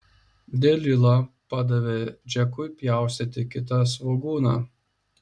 delila padavė džekui pjaustyti kitą svogūną